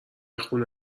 خونه